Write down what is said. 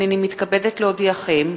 הנני מתכבדת להודיעכם,